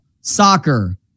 soccer